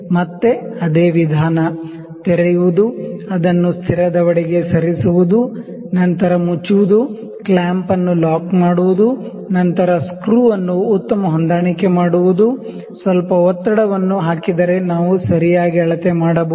ಮತ್ತೆ ಅದೇ ವಿಧಾನ ತೆರೆಯುವುದು ಅದನ್ನು ಸ್ಥಿರ ದವಡೆಗೆ ಸರಿಸುವುದು ನಂತರ ಮುಚ್ಚುವುದು ಕ್ಲ್ಯಾಂಪ್ ಅನ್ನು ಲಾಕ್ ಮಾಡುವುದು ನಂತರ ಸ್ಕ್ರೂ ಅನ್ನು ಉತ್ತಮ ಹೊಂದಾಣಿಕೆ ಮಾಡುವುದು ಸ್ವಲ್ಪ ಒತ್ತಡವನ್ನು ಹಾಕಿದರೆ ನಾವು ಸರಿಯಾಗಿ ಅಳತೆ ಮಾಡಬಹುದು